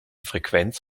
frequenz